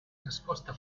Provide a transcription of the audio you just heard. nascosta